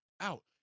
out